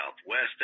Southwest